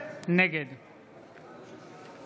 נגד משה רוט, נגד שמחה